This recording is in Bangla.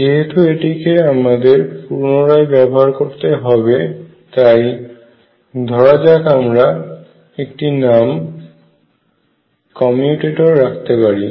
যেহেতু এটিকে আমদের পুনরায় ব্যবহার করতে হবে তাই ধরা যাক আমরা একটি নাম কমিউটেটর রাখতে পারি